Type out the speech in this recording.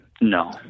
no